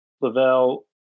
Lavelle